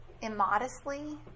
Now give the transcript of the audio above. immodestly